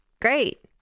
Great